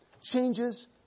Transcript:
changes